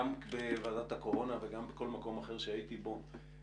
גם בוועדת הקורונה וגם בכל מקום אחר שהייתי בו,